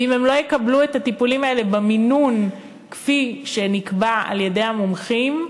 ואם הם לא יקבלו את הטיפולים האלה במינון כפי שנקבע על-ידי המומחים,